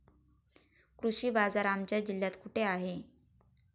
कृषी बाजार आमच्या जिल्ह्यात कुठे आहे?